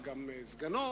וגם סגנו,